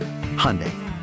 Hyundai